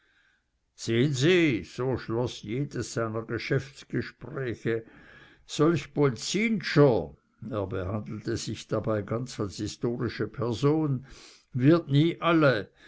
sehen sie so schloß jedes seiner geschäftsgespräche solch polzinscher er behandelte sich dabei ganz als historische person wird nie alle